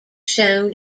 shown